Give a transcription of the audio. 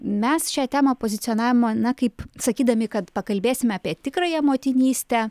mes šią temą pozicionavome na kaip sakydami kad pakalbėsime apie tikrąją motinystę